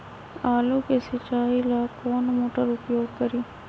आलू के सिंचाई ला कौन मोटर उपयोग करी?